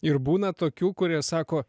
ir būna tokių kurie sako